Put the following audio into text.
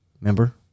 Remember